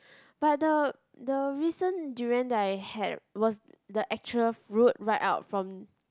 but the the recent durian that I had was the actual fruit right out from